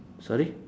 sorry